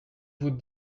vous